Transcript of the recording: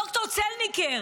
ד"ר צלניקר,